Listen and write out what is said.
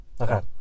Okay